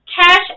Cash